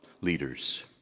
leaders